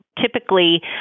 typically